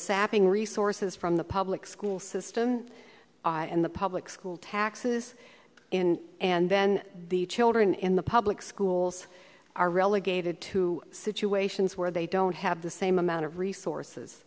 sapping resources from the public school system and the public school taxes in and then the children in the public schools are relegated to situations where they don't have the same amount of resources